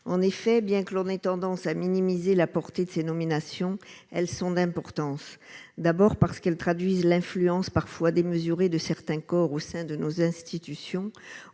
en effet, bien que l'on ait tendance à minimiser la portée de ces nominations, elles sont d'importance, d'abord parce qu'ils traduisent l'influence parfois démesurés de certains corps au sein de nos institutions,